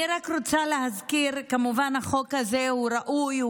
אני רק רוצה להזכיר שכמובן החוק הזה הוא ראוי.